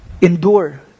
Endure